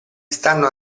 stanno